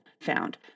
found